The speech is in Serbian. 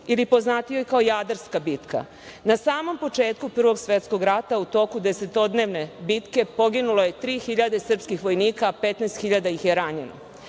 ili poznatijoj kao Jadarska bitka, na samom početku Prvog svetskog rata, u toku desetodnevne bitke poginulo je 3.000 srpskih vojnika, 15.000 ih je ranjeno.